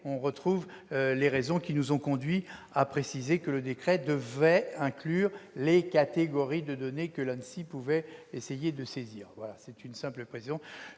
donc les mêmes arguments qui nous ont conduits à préciser que le décret devait inclure les catégories de données que l'ANSSI pouvait essayer de saisir. Cette simple précision